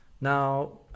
Now